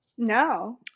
No